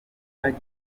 kane